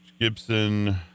Gibson